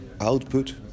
output